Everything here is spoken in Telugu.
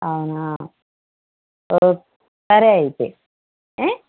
అవునా ఓ సరే అయితే ఏ